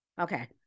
okay